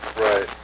right